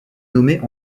nommée